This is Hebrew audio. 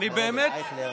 באימא שלך,